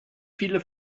viele